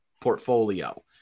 portfolio